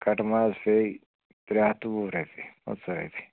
کٹہٕ ماز پیٚیہ ترٛےٚ ہتھ تہٕ وُہ رۄپیہ پٕنٛژھ رۄپیہِ